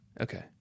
Okay